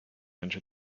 enter